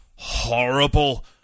Horrible